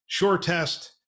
SureTest